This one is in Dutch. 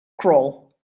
crawl